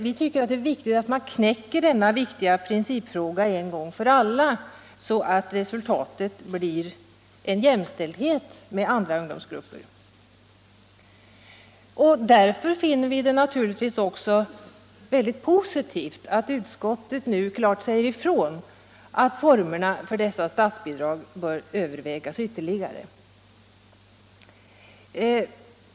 Vi tycker det är viktigt att man knäcker denna principfråga en gång för alla, så att resultatet blir jämställdhet med andra ungdomsgrupper. Därför finner vi det givetvis också mycket positivt att utskottet nu har sagt klart ifrån att formerna för dessa statsbidrag bör övervägas ytterligare.